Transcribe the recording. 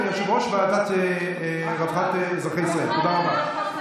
מה עם ח'אן אל-אחמר?